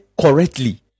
correctly